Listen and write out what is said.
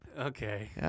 Okay